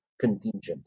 contingent